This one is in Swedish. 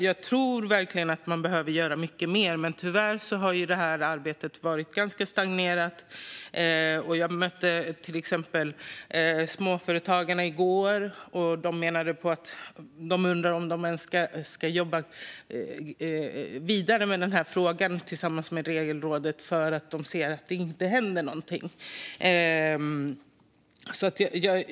Jag tror verkligen att man behöver göra mycket mer, men tyvärr har det här arbetet varit ganska stagnerat. Jag mötte till exempel Småföretagarna i går. De undrar om de ens ska jobba vidare med den här frågan tillsammans med Regelrådet eftersom de ser att det inte händer någonting.